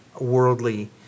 worldly